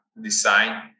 design